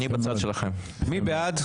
מי בעד?